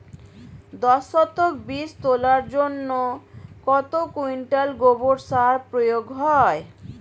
দশ শতক বীজ তলার জন্য কত কুইন্টাল গোবর সার প্রয়োগ হয়?